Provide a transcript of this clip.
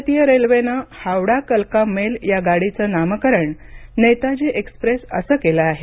भारतीय रेल्वेनं हावडा कलका मेल या गाडीचं नामकरण नेताजी एक्सप्रेस असं केलं आहे